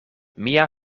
mia